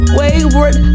wayward